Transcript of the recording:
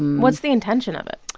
what's the intention of it?